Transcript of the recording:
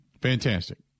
fantastic